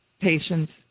patients